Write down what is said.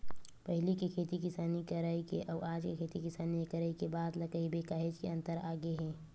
पहिली के खेती किसानी करई के अउ आज के खेती किसानी के करई के बात ल कहिबे काहेच के अंतर आगे हे